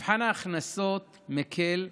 מבחן הכנסות מקל זה,